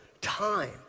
time